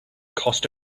cost